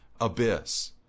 abyss